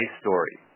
story